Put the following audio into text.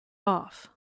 off